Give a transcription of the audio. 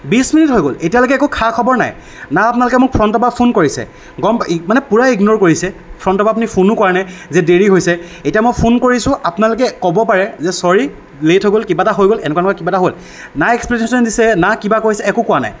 বিশ মিনিট হৈ গ'ল এতিয়ালৈকে একো খা খবৰ নাই না আপোনালোকে মোক ফ্ৰণ্টৰ পৰা ফোন কৰিছে গম ই মানে পূৰা ইগন'ৰ কৰিছে ফ্ৰণ্টৰ পৰা আপুনি ফোনো কৰা নাই যে দেৰি হৈছে এতিয়া মই ফোন কৰিছোঁ আপোনালোকে ক'ব পাৰে যে ছৰী লেইট হৈ গ'ল কিবা এটা হৈ গ'ল এনেকুৱা নহয় কিবা এটা হ'ল না এক্সপ্লেনেশ্য়ন দিছে না কিবা কৈছে একো কোৱা নাই